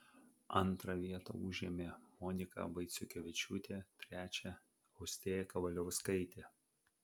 antrą vietą užėmė monika vaiciukevičiūtė trečią austėja kavaliauskaitė